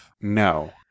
no